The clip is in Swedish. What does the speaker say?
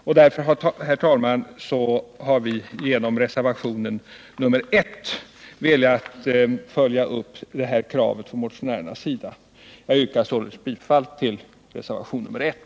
Vi har därför, herr talman, genom reservationen 1 velat följa upp detta krav från motionärernas sida. Jag yrkar således bifall till reservationen 1.